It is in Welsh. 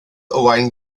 owain